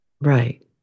Right